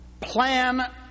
plan